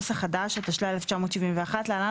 התשל"א-1971 (להלן,